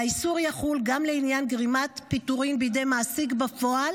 והאיסור יחול גם לעניין גרימת פיטורים בידי מעסיק בפועל